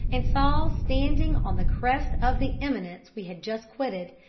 and saw standing on the crest of the eminence we had just quitted,